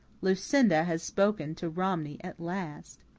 lucinda has spoken to romney at last.